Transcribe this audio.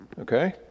okay